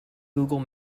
google